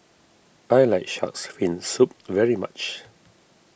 I like Shark's Fin Soup very much